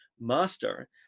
master